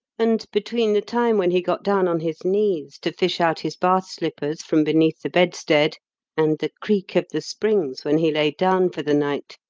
and between the time when he got down on his knees to fish out his bath-slippers from beneath the bed-stead and the creak of the springs when he lay down for the night,